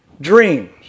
dreams